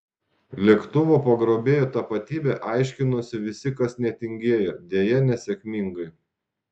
lėktuvo pagrobėjo tapatybę aiškinosi visi kas netingėjo deja nesėkmingai